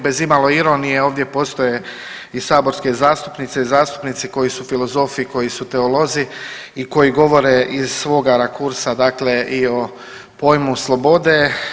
Bez imalo ironije ovdje postoje i saborske zastupnice i zastupnici koji su filozofi, koji su teolozi i koji govore iz svoga rakurska dakle i o pojmu slobode.